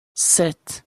sept